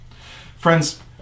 Friends